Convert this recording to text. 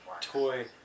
toy